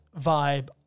vibe